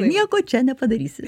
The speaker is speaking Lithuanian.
nieko čia nepadarysi